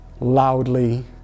loudly